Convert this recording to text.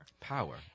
Power